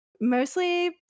Mostly